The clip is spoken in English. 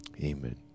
Amen